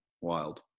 Wild